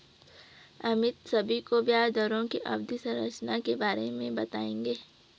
अमित सभी को ब्याज दरों की अवधि संरचना के बारे में बताएंगे